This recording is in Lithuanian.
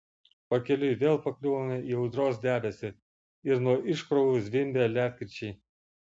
pakeliui vėl pakliuvome į audros debesį ir nuo iškrovų zvimbė ledkirčiai